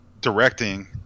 directing